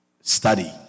Study